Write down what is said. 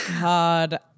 God